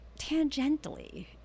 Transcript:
tangentially